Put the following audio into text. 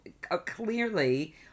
clearly